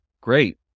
great